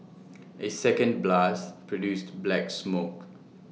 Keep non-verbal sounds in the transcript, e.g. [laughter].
A second blast produced black smoke [noise]